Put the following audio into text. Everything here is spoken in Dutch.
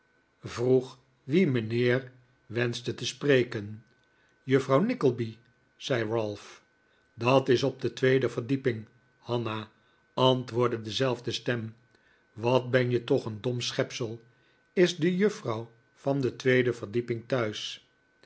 te te spreken juffrouw nickleby zei ralph dat is op de tweede verdieping hanna antwoordde dezelfde stem wat ben je toch een dom schepsel is de juffrouw van de tweede verdieping thuis